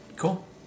cool